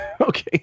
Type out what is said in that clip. Okay